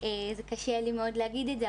זה קשה לי מאוד להגיד את זה,